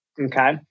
okay